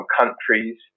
countries